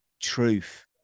truth